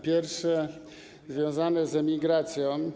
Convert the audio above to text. Pierwsze jest związane z emigracją.